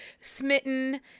smitten